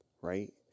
right